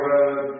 Road